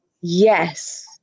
yes